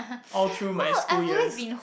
all through my school years